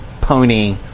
pony